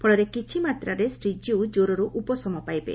ଫଳରେ କିଛି ମାତ୍ରାରେ ଶ୍ରୀଜୀଉ କ୍ୱରରୁ ଉପଶମ ପାଇବେ